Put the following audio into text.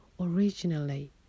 originally